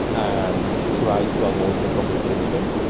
and try to avoid the conversation.